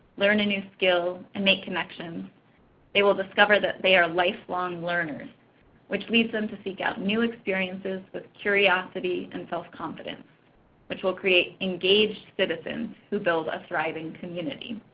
learn a new skill, and make connections they will discover that they are lifelong learners which leads them to seek out new experiences with curiosity and self-confidence which will create engaged citizens who build a thriving community.